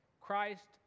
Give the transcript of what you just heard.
Christ